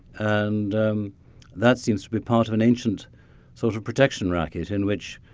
and um that seems to be part of an ancient sort of protection racket, in which,